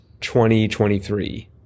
2023